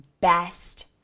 best